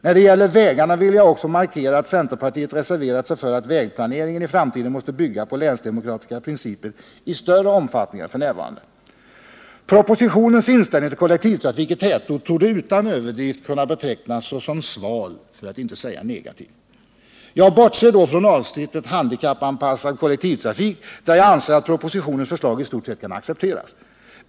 När det gäller vägarna vill jag också markera att centerpartiet reserverat sig för att vägplaneringen i framtiden måste bygga på länsdemokratiska principer i större omfattning än f. n. Propositionens inställning till kollektivtrafik i tätort torde utan överdrift kunna betecknas såsom sval, för att inte säga negativ. Jag bortser då från avsnittet Handikappanpassad kollektivtrafik, där jag anser att propositionens förslag i stort sett kan accepteras.